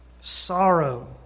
sorrow